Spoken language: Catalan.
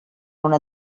una